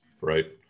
right